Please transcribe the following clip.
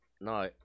No